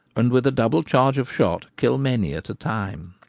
and with a double charge of shot, kill many at a time.